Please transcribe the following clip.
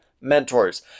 mentors